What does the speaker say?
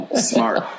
Smart